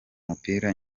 mupira